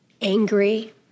angry